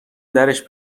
درش